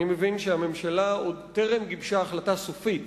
אני מבין שהממשלה טרם גיבשה החלטה סופית